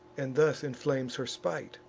and thus inflames her spite